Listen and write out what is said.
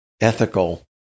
ethical